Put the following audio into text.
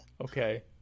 Okay